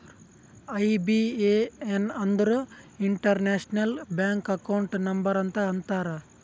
IBAN ಅಂದುರ್ international bank account number ಅಂತ ಅಂತಾರ್